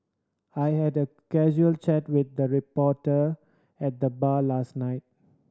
I had a casual chat with a reporter at the bar last night